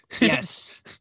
Yes